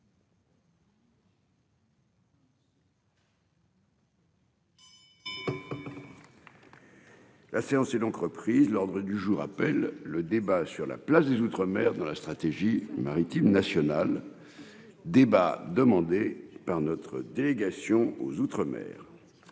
La séance est donc reprise l'ordre du jour appelle le débat sur la place des outre-mer de la stratégie maritime nationale débat demandé par notre délégation aux outre-mer